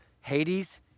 Hades